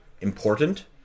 important